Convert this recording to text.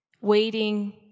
Waiting